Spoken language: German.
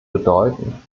bedeuten